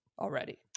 already